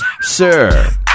Sir